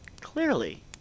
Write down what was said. clearly